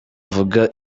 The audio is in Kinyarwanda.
avuga